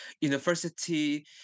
university